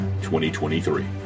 2023